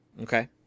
Okay